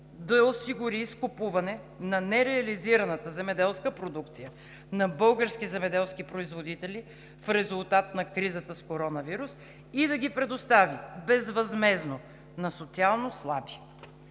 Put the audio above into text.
да осигури изкупуване на нереализираната земеделска продукция на български земеделски производители в резултат на кризата с коронавирус и да ги предостави безвъзмездно на социалнослаби."